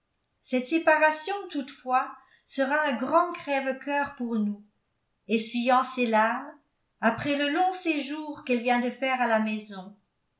cette séparation toutefois sera un grand crève-cœur pour nous essuyant ses larmes après le long séjour qu'elle vient de faire à la maison